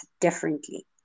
differently